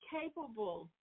capable